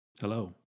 Hello